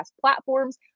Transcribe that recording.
platforms